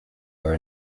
are